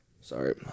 sorry